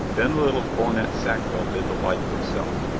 then the little cornet sackville did the like himself,